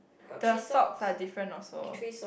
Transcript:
the socks are different also